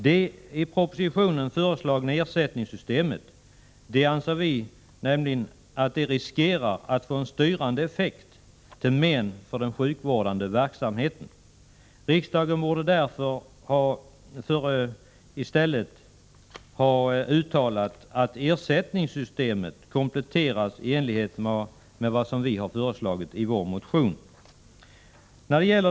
Det i propositionen föreslagna ersättningssystemet riskerar nämligen att få en styrande effekt till men för den sjukvårdande verksamheten. Riksdagen bör därför uttala att ersättningssystemet skall kompletteras i enlighet med vad vi har föreslagit i vår motion.